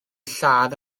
lladd